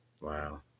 Wow